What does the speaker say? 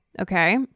Okay